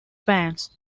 fans